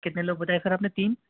کتنے لوگ بتایے سر آپ نے تین